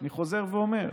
אני חוזר ואומר.